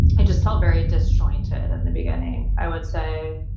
it just felt very disjointed in the beginning. i would say,